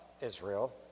Israel